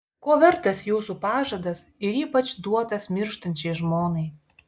ko vertas jūsų pažadas ir ypač duotas mirštančiai žmonai